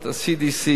CDC,